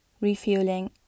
refueling